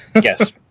yes